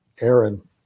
Aaron